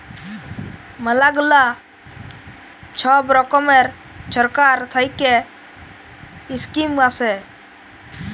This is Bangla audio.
ম্যালা গুলা ছব রকমের ছরকার থ্যাইকে ইস্কিম আসে